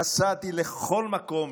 נסעתי לכל מקום